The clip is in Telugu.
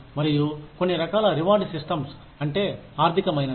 మరియు కొన్ని రకాల రివార్డ్ సిస్టమ్స్ అంటే ఆర్థిక మైనవి